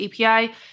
API